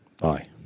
Bye